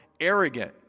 arrogant